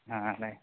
ಹಾಂ